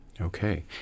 Okay